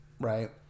right